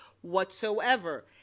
whatsoever